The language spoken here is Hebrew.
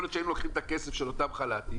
יכול להיות שהיינו לוקחים את הכסף של אותם חל"תים,